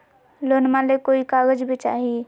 लोनमा ले कोई कागज भी चाही?